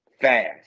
fast